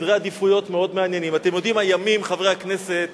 אתם יודעים, חברי הכנסת,